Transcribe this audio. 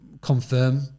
confirm